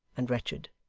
and wretched.